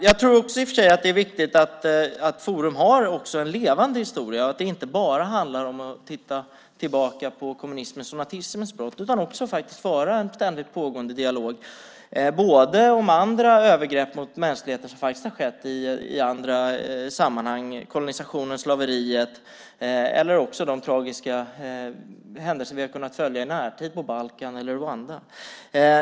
Jag tror i och för sig att det är viktigt att Forum också har en levande historia, att man inte bara tittar tillbaka på kommunismens och nazismens brott, utan ständigt för en pågående dialog, både om andra övergrepp mot mänskligheten - som kolonisationen och slaveriet - och om de tragiska händelser vi har kunnat följa i närtid till exempel på Balkan och i Rwanda.